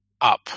up